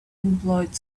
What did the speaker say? employed